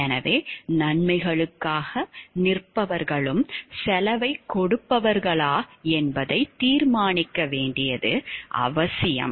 எனவே நன்மைகளுக்காக நிற்பவர்களும் செலவைக் கொடுப்பவர்களா என்பதைத் தீர்மானிக்க வேண்டியது அவசியம்